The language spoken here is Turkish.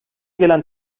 gelen